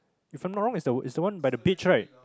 if I'm not wrong it's the one it's the one by the beach right